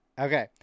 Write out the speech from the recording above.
Okay